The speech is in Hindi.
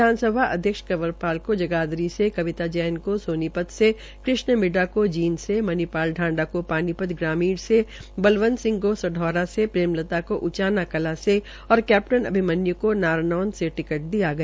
विधानसभा अध्यक्ष कंवरपाल को जगाधरी से कविता जैन को सोनीपत से कृष्ण मिड्डा को जींद से मनीपाल ढांढा को पानीपत से बलवंत सिंह को सढौरा से प्रेमलता को उचाना कलां से और कैप्टन अभिमन्यू को नारनौंद से टिकट दिया गया